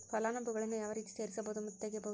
ಫಲಾನುಭವಿಗಳನ್ನು ಯಾವ ರೇತಿ ಸೇರಿಸಬಹುದು ಮತ್ತು ತೆಗೆಯಬಹುದು?